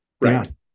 Right